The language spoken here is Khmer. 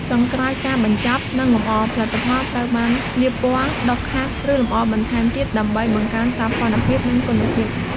ចុងក្រោយការបញ្ចប់ និងលម្អ ផលិតផលត្រូវបានលាបពណ៌ ដុសខាត់ ឬលម្អបន្ថែមទៀតដើម្បីបង្កើនសោភ័ណភាព និងគុណភាព។